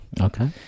Okay